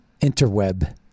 interweb